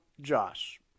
Josh